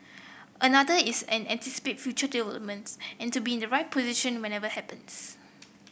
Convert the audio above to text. another is an anticipate future developments and to be in the right position whenever happens